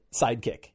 Sidekick